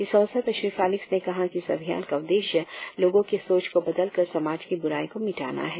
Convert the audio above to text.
इस अवसर पर श्री फेलिक्स ने कहा कि इस अभियान का उद्देश्य लोगों के सोच को बदलकर समाज की ब्रराई को मिटाना है